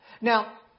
Now